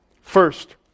First